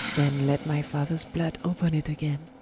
then let my fathers blood open it againe,